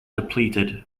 depleted